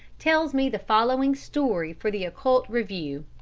tells me the following story for the occult review